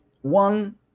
One